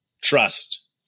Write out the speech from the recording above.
trust